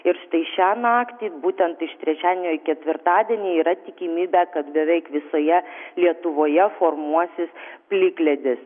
ir štai šią naktį būtent iš trečiadienio į ketvirtadienį yra tikimybė kad beveik visoje lietuvoje formuosis plikledis